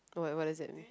wait what is it